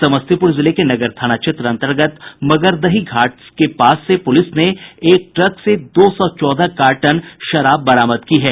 समस्तीपुर जिले के नगर थाना क्षेत्र अंतर्गत मगरदही घाट के पास से पुलिस ने एक ट्रक से दो सौ चौदह कार्टन शराब बरामद की है